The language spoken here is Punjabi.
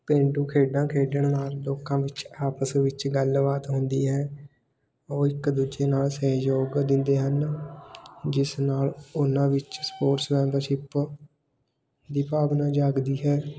ਪੇਂਡੂ ਖੇਡਾਂ ਖੇਡਣ ਨਾਲ ਲੋਕਾਂ ਵਿੱਚ ਆਪਸ ਵਿੱਚ ਗੱਲਬਾਤ ਹੁੰਦੀ ਹੈ ਉਹ ਇੱਕ ਦੂਜੇ ਨਾਲ ਸਹਿਯੋਗ ਦਿੰਦੇ ਹਨ ਜਿਸ ਨਾਲ ਉਹਨਾਂ ਵਿੱਚ ਸਪੋਰਟਸ ਮੈਂਬਰਸ਼ਿਪ ਦੀ ਭਾਵਨਾ ਜਾਗਦੀ ਹੈ